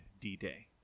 D-Day